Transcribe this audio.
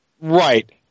right